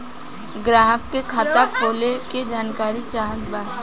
ग्राहक के खाता खोले के जानकारी चाहत बा?